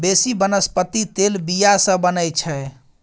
बेसी बनस्पति तेल बीया सँ बनै छै